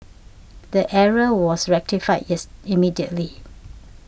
the error was rectified yes immediately